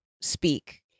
speak